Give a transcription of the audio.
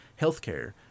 healthcare